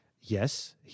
Yes